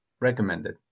Recommended